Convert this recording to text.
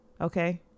okay